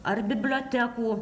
ar bibliotekų